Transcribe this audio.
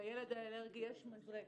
לילד האלרגי יש מזרק.